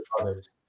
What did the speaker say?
others